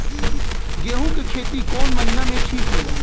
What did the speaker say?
गेहूं के खेती कौन महीना में ठीक होला?